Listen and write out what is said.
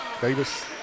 Davis